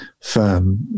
firm